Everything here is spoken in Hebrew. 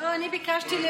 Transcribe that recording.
אני ביקשתי,